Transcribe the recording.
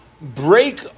break